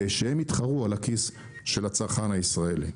ושהם יתחרו על הכיס של הצרכן הישראלי.